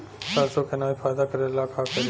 सरसो के अनाज फायदा करेला का करी?